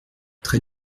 trait